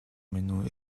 минь